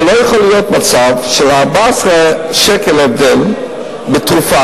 אבל לא יכול להיות מצב של 14 שקל הבדל בתרופה.